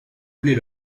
couler